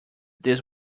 this